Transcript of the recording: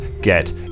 get